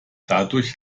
dadurch